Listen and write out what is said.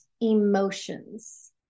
emotions